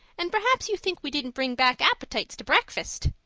and perhaps you think we didn't bring back appetites to breakfast!